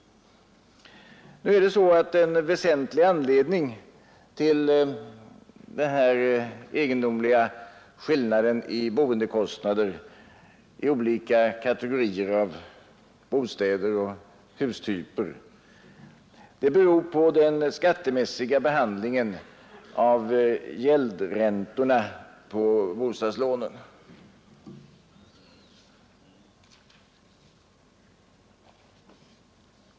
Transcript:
En väsentlig anledning till denna egendomliga skillnad i boendekostnader i olika kategorier av bostäder och hustyper beror på den skattemässiga behandlingen av gäldräntorna på bostadslånen.